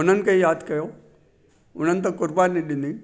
उन्हनि खे यादि कयो उन्हनि त क़ुर्बानी ॾिनी